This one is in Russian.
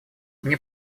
мне